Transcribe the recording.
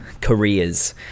careers